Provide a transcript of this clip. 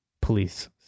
police